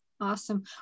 Awesome